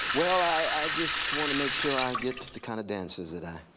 well, i just want to make sure i get the kind of dances that i